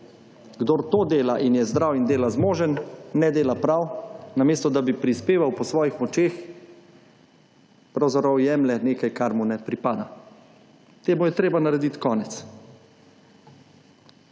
Kdor to dela in je zdrav in dela zmožen, ne dela prav. Namesto, da bi prispeval po svojih močeh, pravzaprav jemlje nekaj, kar mu ne pripada. Temu je treba naredit konec.